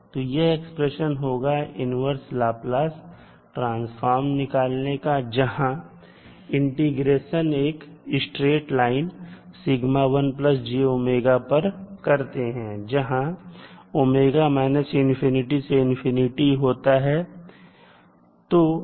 तो यह एक्सप्रेशन होगा इन्वर्स लाप्लास ट्रांसफॉर्म निकालने का जहां इंटीग्रेशन एक स्ट्रेट लाइन σ1 jω पर करते हैं जहां−∞ ω ∞ होता है